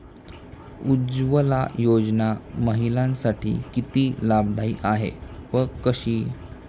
उज्ज्वला योजना महिलांसाठी किती लाभदायी आहे व कशी?